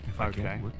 Okay